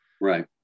right